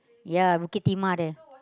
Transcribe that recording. ya Bukit-Timah there